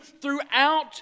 throughout